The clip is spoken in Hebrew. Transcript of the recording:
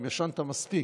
אם ישנת מספיק.